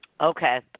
Okay